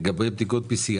לגבי בדיקות PCR